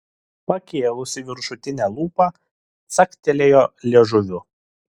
pakėlusi viršutinę lūpą caktelėjo liežuviu